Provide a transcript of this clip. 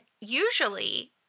usually